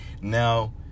now